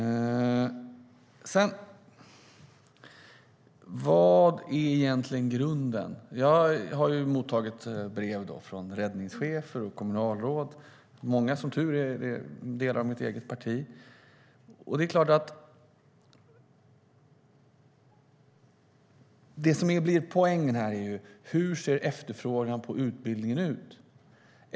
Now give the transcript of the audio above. Vad är grunden? Jag har mottagit brev från räddningschefer och kommunalråd. Många är, som tur är, från mitt eget parti. Poängen är hur efterfrågan på utbildning ser ut.